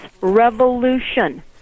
revolution